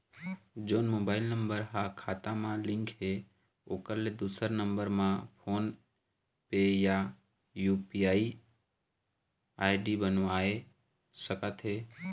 जोन mobile number हा खाता मा लिन्क हे ओकर ले दुसर नंबर मा फोन पे या यू.पी.आई आई.डी बनवाए सका थे?